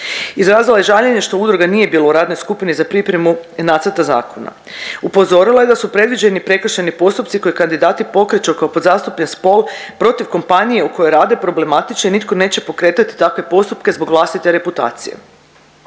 Izrazila je žaljenje što udruga nije bila u radnoj skupini za pripremu nacrta zakona. Upozorila je da su predviđeni prekršajni postupci koje kandidati pokreću kao podzastupljen spol protiv kompanije u kojoj rade problematični, nitko neće pokretati takve postupke zbog vlastite reputacije.